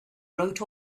wrote